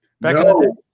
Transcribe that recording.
No